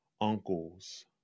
uncles